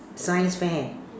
science fair